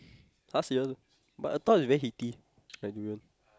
!huh! serious but I thought it very heaty like durian